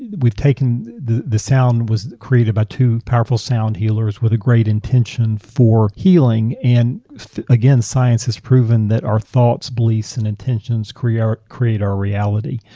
and we've taken. the the sound was created by two powerful sound healers with a great intention for healing and again science has proven that our thoughts, beliefs, and intentions create our create our reality.